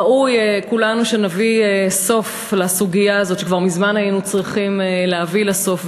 ראוי שכולנו נביא סוף לסוגיה הזאת שכבר מזמן היינו צריכים להביא לה סוף,